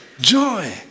Joy